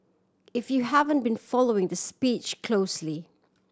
if you haven't been following the speech closely